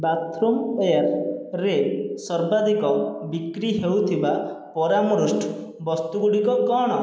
ବାଥରୁମୱେର୍ରେ ସର୍ବାଧିକ ବିକ୍ରି ହେଉଥିବା ପରାମୃଷ୍ଟ ବସ୍ତୁଗୁଡ଼ିକ କ'ଣ